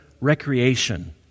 recreation